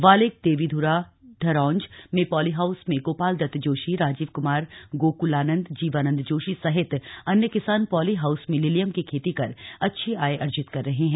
वालिक देविध्रा ढरौंज में पॉलीहाउस में गोपाल दत्त जोशी राजीव कुमार गोकुलानंद जीवानंद जोशी सहित अन्य किसान पॉली हाउस में लिलियम की खेती कर अच्छी आय अर्जित कर रहे हैं